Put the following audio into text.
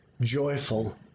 joyful